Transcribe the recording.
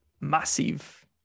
massive